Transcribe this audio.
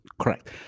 Correct